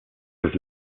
was